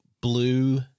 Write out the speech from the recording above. blue